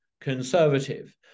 conservative